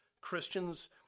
Christians